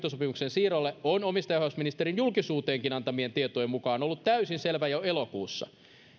siirrolle on omistajaohjausministerin julkisuuteenkin antamien tietojen mukaan ollut täysin selvä jo elokuussa